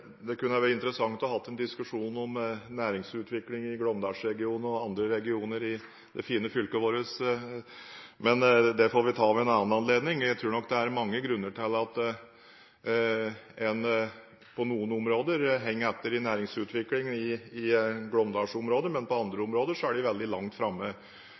Det kunne ha vært interessant å ha en diskusjon om næringsutvikling i Glåmdalsregionen og andre regioner i det fine fylket vårt, men det får vi ta ved en annen anledning. Jeg tror nok det er mange grunner til at en på noen områder henger etter i næringsutvikling i Glåmdalsområdet, men på andre områder er de veldig langt framme.